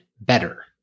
better